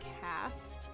cast